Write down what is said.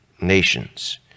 nations